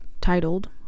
titled